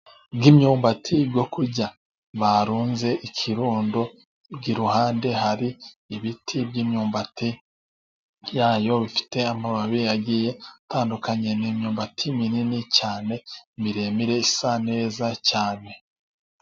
Imyumbati yo kurya barunze ikirundo iruhande hari ibiti by'imyumbati yayo, bifite amababi agiye atandukanye. ni imyumbati minini cyane, miremire isa neza cyane.